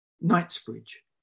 Knightsbridge